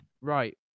Right